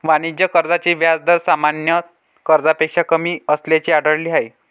वाणिज्य कर्जाचे व्याज दर सामान्य कर्जापेक्षा कमी असल्याचे आढळले आहे